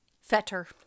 Fetter